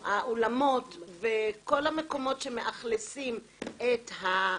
שוב, יש דרכים לעשות את זה.